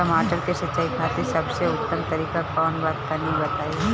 टमाटर के सिंचाई खातिर सबसे उत्तम तरीका कौंन बा तनि बताई?